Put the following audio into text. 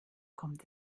kommt